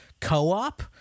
co-op